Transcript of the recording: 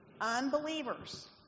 Unbelievers